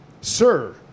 Sir